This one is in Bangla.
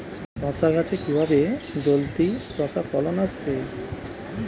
শশা গাছে কিভাবে জলদি শশা ফলন আসবে?